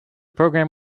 program